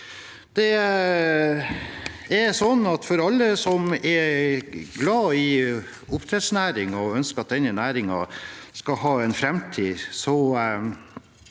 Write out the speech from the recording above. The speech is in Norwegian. For alle som er glad i oppdrettsnæringen og ønsker at denne næringen skal ha en framtid,